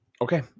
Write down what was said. Okay